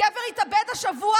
גבר התאבד השבוע,